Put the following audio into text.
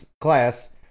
class